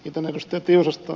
kiitän ed